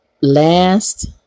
last